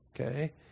Okay